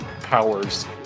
powers